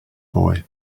boy